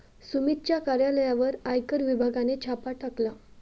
सुमितच्या कार्यालयावर आयकर विभागाने छापा टाकला